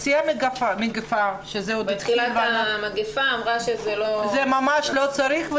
בשיא המגפה --- בתחילת המגפה אמרה שזה לא --- שממש לא צריך,